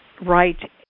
right